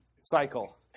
cycle